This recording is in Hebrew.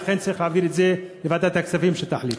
ואכן צריך להעביר את זה לוועדת הכספים, שתחליט.